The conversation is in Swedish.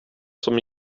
som